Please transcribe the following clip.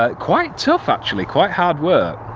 ah quite tough actually quite hard work.